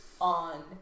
on